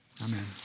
Amen